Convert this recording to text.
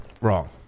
Wrong